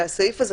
שהסעיף הזה,